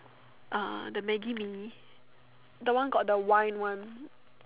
uh the Maggi Mee the one got the wine one